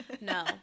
no